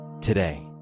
today